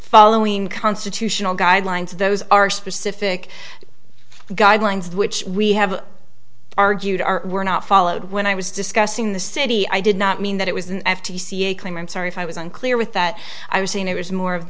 following constitutional guidelines those are specific guidelines which we have argued are were not followed when i was discussing the city i did not mean that it was an f t c a claim i'm sorry if i was unclear with that i was saying it was more of